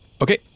Okay